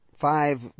five